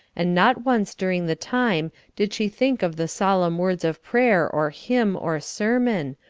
and not once during the time did she think of the solemn words of prayer or hymn or sermon,